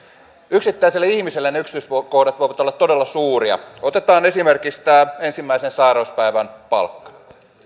yksittäiselle ihmiselle ne yksityiskohdat voivat olla todella suuria otetaan esimerkiksi tämä ensimmäisen sairauspäivän palkka